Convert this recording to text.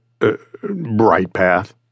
Brightpath